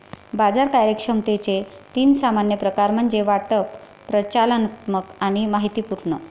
बाजार कार्यक्षमतेचे तीन सामान्य प्रकार म्हणजे वाटप, प्रचालनात्मक आणि माहितीपूर्ण